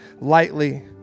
lightly